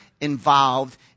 involved